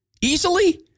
easily